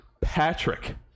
Patrick